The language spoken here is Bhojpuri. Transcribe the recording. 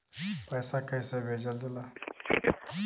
पैसा कैसे भेजल जाला?